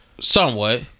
Somewhat